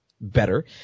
better